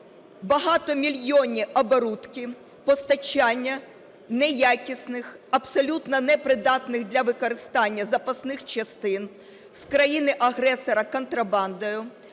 багатомільйонні оборудки, постачання неякісних, абсолютно непридатних для використання запасних частин з країни-агресора контрабандою